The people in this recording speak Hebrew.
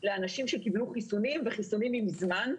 לאנשים שקיבלו חיסונים וחיסונים עם זמן.